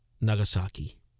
Nagasaki